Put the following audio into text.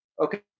okay